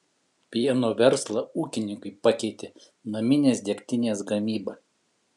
pieno verslą ūkininkui pakeitė naminės degtinės gamyba